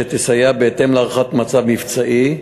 שתסייע בהתאם להערכת מצב מבצעית,